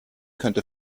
könnte